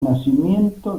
nacimiento